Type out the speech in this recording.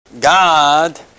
God